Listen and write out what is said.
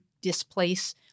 displace